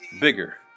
Bigger